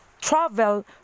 travel